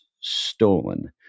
stolen